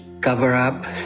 cover-up